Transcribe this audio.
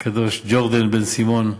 הקדוש ג'ורדן בן-סימון,